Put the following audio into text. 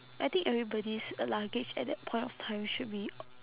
I think everybody's luggage at that point of time should be